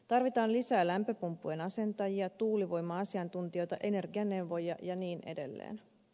tarvitaan lisää lämpöpumppujen asentajia tuulivoima asiantuntijoita energianeuvojia ja niin edelleen